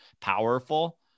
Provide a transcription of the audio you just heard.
powerful